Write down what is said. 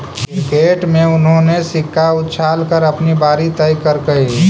cricket में उन्होंने सिक्का उछाल कर अपनी बारी तय करकइ